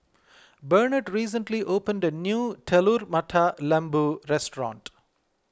Bernard recently opened a new Telur Mata Lembu restaurant